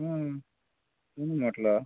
म्हणून म्हटलं